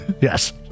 Yes